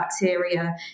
bacteria